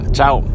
ciao